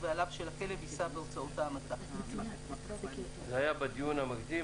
ובעליו של הכלב יישא בהוצאות ההמתה." זה היה בדיון המקדים,